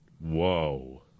Whoa